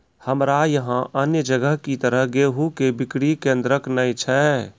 हमरा यहाँ अन्य जगह की तरह गेहूँ के बिक्री केन्द्रऽक नैय छैय?